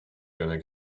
going